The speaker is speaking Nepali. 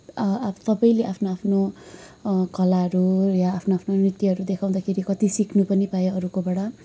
सबैले आफ्नो आफ्नो कलाहरू या आफ्नो आफ्नो नृत्यहरू देखाउँदाखेरि कति सिक्नु पनि पाएँ अरूकोबाट